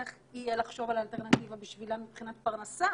צריך לחשוב על אלטרנטיבה בשבילם מבחינת פרנסה.